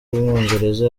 w’umwongereza